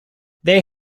they